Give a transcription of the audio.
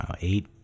eight